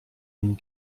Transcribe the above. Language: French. une